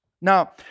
Now